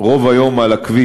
רוב היום על הכביש,